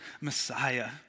Messiah